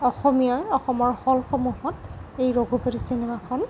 অসমীয়া অসমৰ হলসমূহত এই ৰঘুপতি চিনেমাখন